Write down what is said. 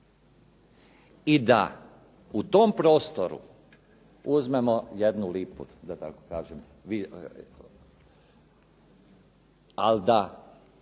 i da u tom prostoru uzmemo jednu lipu da tako kažem. Ali da